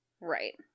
Right